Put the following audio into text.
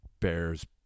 Bears